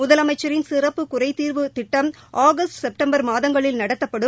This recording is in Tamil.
முதலமைச்சின் சிறப்பு குறைதீர்வு திட்டம் ஆகஸ்ட் செப்டம்பர் மாதங்களில் நடத்தப்படும்